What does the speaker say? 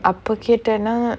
அப்ப கேட்டனா:appa kettanaa